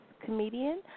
Comedian